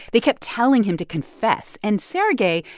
they kept telling him to confess. and sergei,